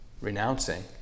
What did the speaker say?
renouncing